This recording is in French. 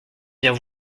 bien